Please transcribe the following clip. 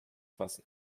fassen